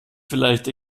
vielleicht